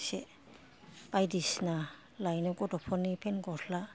एसे बायदिसिना लायनो गथ'फोरनि फेन गस्ला